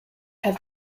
have